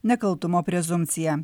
nekaltumo prezumpciją